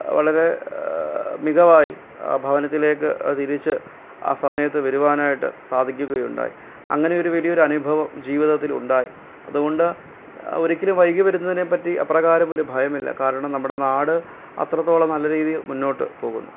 വളരെ മികവായി ഭവനത്തിലേക്ക് തിരിച്ച് ആ സമയത്ത് വരുവാനായിട്ട് സാധിക്കുകയുണ്ടായി അങ്ങനെയൊരു വലിയൊരു അനുഭവം ജീവിതത്തിൽ ഉണ്ടായി അതുകൊണ്ട് ഒരിക്കലും വൈകി വരുന്നതിനെ പറ്റി അപ്രകാരമൊരു ഭയമില്ല കാരണം നമ്മുടെ നാട് അത്രത്തോളം നല്ല രീതിയിൽ മുന്നോട്ട് പോകുന്നു